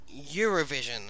Eurovision